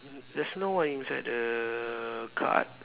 there's no one inside the car